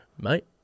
mate